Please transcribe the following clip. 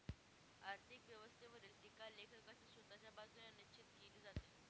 आर्थिक व्यवस्थेवरील टीका लेखकाच्या स्वतःच्या बाजूने निश्चित केली जाते